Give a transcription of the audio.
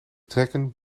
trekken